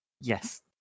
Yes